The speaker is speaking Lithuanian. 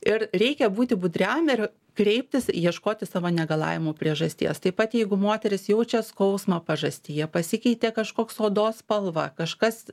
ir reikia būti budriam ir kreiptis ieškoti savo negalavimų priežasties taip pat jeigu moteris jaučia skausmą pažastyje pasikeitė kažkoks odos spalva kažkas